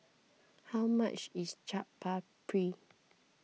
how much is Chaat Papri